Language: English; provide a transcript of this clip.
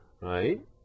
Right